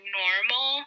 normal